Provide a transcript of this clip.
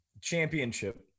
championship